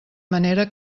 manera